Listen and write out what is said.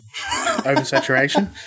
Oversaturation